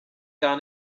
gar